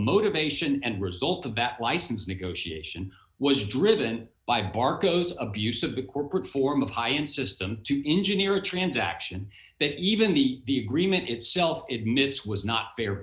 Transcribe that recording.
motivation and result of that license negotiation was driven by bar goes abuse of the corporate form of high end system to engineer a transaction that even the be agreement itself it miss was not fair